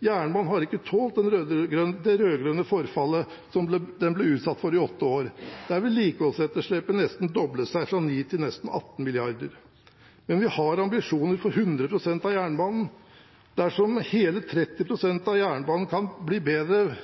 Jernbanen har ikke tålt det rød-grønne forfallet som den ble utsatt for i åtte år, der vedlikeholdsetterslepet nesten doblet seg fra 9 mrd. kr til nesten 18 mrd. kr. Men vi har ambisjoner for 100 pst. av jernbanen. Dersom hele 30 pst. av jernbanen kan bli bedre